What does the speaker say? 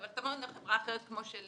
אבל תבואו לחברה כמו של